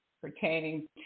pertaining